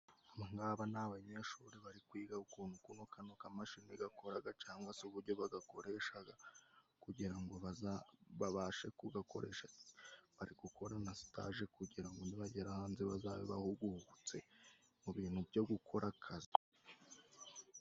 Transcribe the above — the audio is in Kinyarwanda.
Abangaba ni abanyeshuri bari kwiga ukuntu kuno kano kamashini gakoraga cangwa se uburyo bagakoreshaga, kugira ngo babashe kugakoresha. Bari no gukora na sitaje kugira ngo nibagera hanze bazabe bahugutse mu bintu byo gukora akazi.